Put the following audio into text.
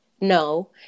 No